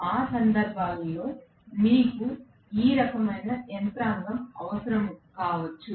ఆ సందర్భాలలో మీకు ఈ రకమైన యంత్రాంగం అవసరం కావచ్చు